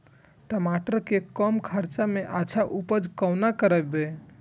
टमाटर के कम खर्चा में अच्छा उपज कोना करबे?